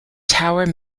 tower